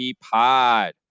Pod